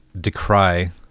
decry